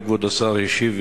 הרי כבוד השר השיב,